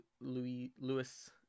Louis